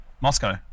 moscow